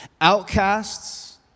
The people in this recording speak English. outcasts